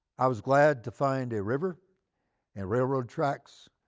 i was glad to find a river and railroad tracks,